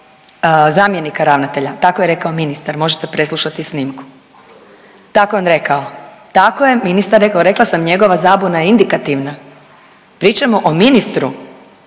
zamjenika ravnatelja. Tako je rekao ministar, možete preslušati snimku. Tako je on rekao. Tako je ministar rekao. Rekla sam njegova zabuna je indikativna. Pričamo o ministru,